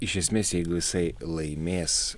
iš esmės jeigu jisai laimės